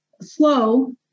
Slow